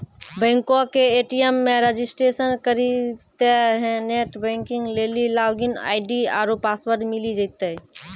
बैंको के ए.टी.एम मे रजिस्ट्रेशन करितेंह नेट बैंकिग लेली लागिन आई.डी आरु पासवर्ड मिली जैतै